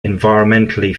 environmentally